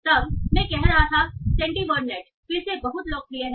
तब मैं कह रहा था सेंटीवर्डनेट फिर से बहुत लोकप्रिय है